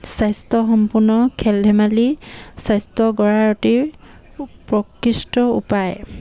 স্বাস্থ্য সম্পন্ন খেল ধেমালি স্বাস্থ্য গঢ়াৰ অতি উৎকৃষ্ট উপায়